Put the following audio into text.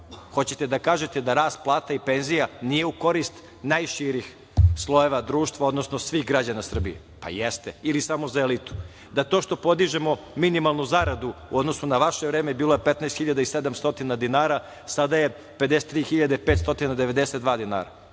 hoćete da kažete da rast plata i penzija nije u korist najširih slojeva društva, odnosno svih građana Srbije? Pa jeste, ili samo za elitu. Da to što podižemo minimalnu zaradu u odnosu na vaše vreme, bila je 15.700 dinara, sada je 53.592 dinara,